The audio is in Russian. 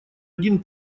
один